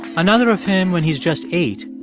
another of him, when he's just eight,